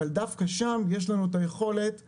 אבל דווקא שם יש לנו את היכולת להשפיע,